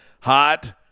hot